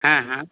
ᱦᱮᱸ ᱦᱮᱸ